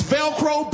Velcro